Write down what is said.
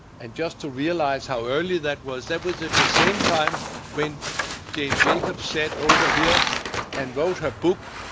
and just to realize how early that was, that was at the same time when jane jacobs sat over here and wrote her book.